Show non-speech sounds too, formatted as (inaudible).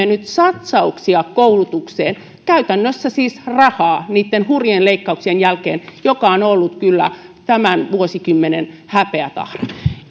(unintelligible) nyt satsauksia koulutukseen käytännössä siis rahaa niitten hurjien leikkauksien jälkeen jotka ovat olleet kyllä tämän vuosikymmenen häpeätahra